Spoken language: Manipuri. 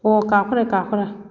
ꯑꯣ ꯀꯥꯞꯈ꯭ꯔꯦ ꯀꯥꯞꯈ꯭ꯔꯦ